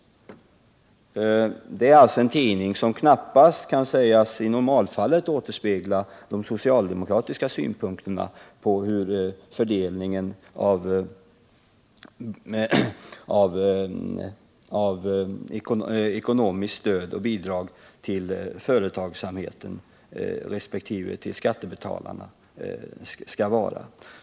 Affärsvärlden är en tidning som normalt knappast kan sägas återspegla de socialdemokratiska synpunkterna på hur fördelningen av ekonomiskt stöd och bidrag till företagsamheten resp. skattebetalarna skall vara.